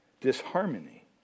Disharmony